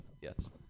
Yes